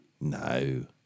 No